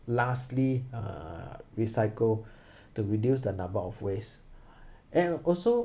lastly uh recycle to reduce the number of waste and also